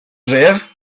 dref